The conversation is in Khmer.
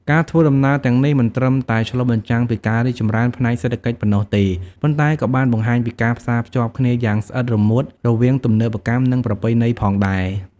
ការធ្វើដំណើរទាំងនេះមិនត្រឹមតែឆ្លុះបញ្ចាំងពីការរីកចម្រើនផ្នែកសេដ្ឋកិច្ចប៉ុណ្ណោះទេ ប៉ុន្តែក៏បានបង្ហាញពីការផ្សារភ្ជាប់គ្នាយ៉ាងស្អិតរមួតរវាងទំនើបកម្ម និងប្រពៃណីផងដែរ។